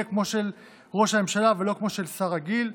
יהיה כמו של ראש הממשלה ולא כמו של שר רגיל,